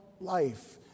life